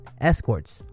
escorts